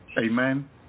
Amen